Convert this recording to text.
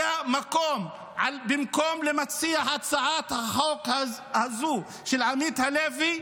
היה מקום למציע הצעת החוק הזאת, עמית הלוי,